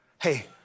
Hey